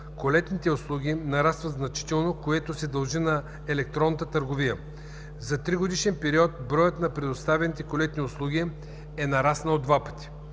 колетните услуги нарастват значително, което се дължи на електронната търговия. За тригодишен период броят на предоставените колетни услуги е нараснал два пъти.